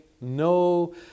no